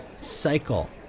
cycle